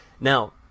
now